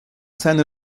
seiner